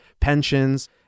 pensions